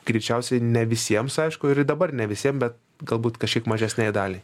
greičiausiai ne visiems aišku ir dabar ne visiem bet galbūt kažkiek mažesniąjai daliai